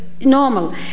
normal